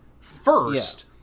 first